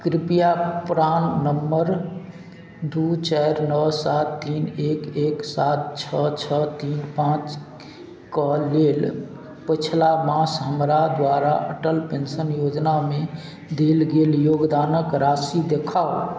कृपया PRAN number दू चारि नओ सात तीन एक एक सात छओ छओ तीन पाँच के लेल पछिला मास हमरा द्वारा अटल पेंशन योजनामे देल गेल योगदानक राशि देखाउ